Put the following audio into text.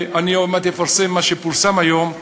אני עוד מעט אפרסם מה שפורסם היום,